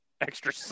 extra